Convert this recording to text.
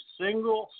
single